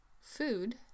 Food